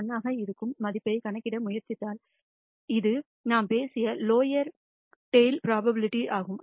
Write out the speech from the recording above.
1 ஆக இருக்கும் மதிப்பைக் கணக்கிட முயற்சித்தால் இது நாம் பேசிய லோயர் டெய்ல் புரோபாபிலிடி ஆகும்